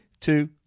two